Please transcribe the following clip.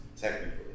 technically